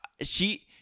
She-